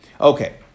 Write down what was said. Okay